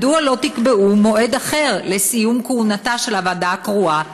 מדוע לא תקבעו מועד אחר לסיום כהונתה של הוועדה הקרואה,